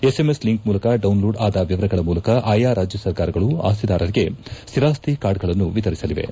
SMS link ಮೂಲಕ download ಅದ ವಿವರಗಳ ಮೂಲಕ ಆಯಾ ರಾಜ್ಯ ಸರ್ಕಾರಗಳು ಅಸ್ತಿದಾರಿಗೆ ಸ್ಥಿರಾಸ್ತಿ ಕಾರ್ಡ್ಗಳನ್ನು ವಿತಂಸಲಿವೆ